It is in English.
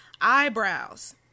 eyebrows